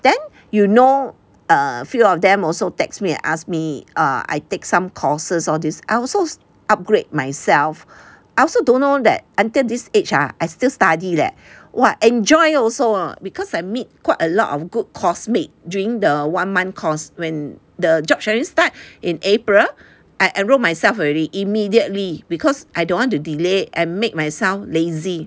then you know a few of them also text me and ask me err I take some courses all this I also upgrade myself I also don't know that until this age ah I still study leh !wah! enjoy also because I meet quite a lot of good coursemate during the one month course when the job sharing start in April I enrolled myself already immediately because I don't want to delay and make myself lazy